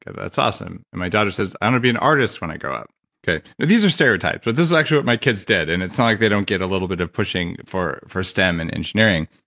that's awesome. and my daughter says, i want to be an artist when i grow up. okay? now these are stereotypes, but this is actually what my kids did. and it's not like they don't get a little bit of pushing for for stem and engineering.